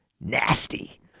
nasty